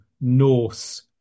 Norse